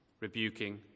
rebuking